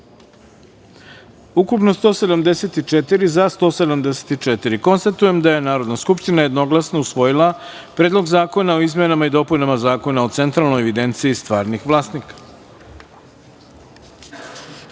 ukupno – 174, za – 174.Konstatujem da je Narodna skupština jednoglasno usvojila Predlog zakona o izmenama i dopunama Zakona o Centralnoj evidenciji stvarnih vlasnika. Pre